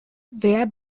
wer